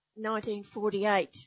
1948